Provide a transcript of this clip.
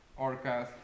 orcas